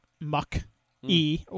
Muck-E